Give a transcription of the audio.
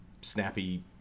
snappy